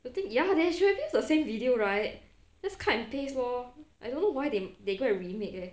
the thing ya they should have just use the same video right just cut and paste lor I don't know why they they go and remake leh